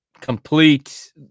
complete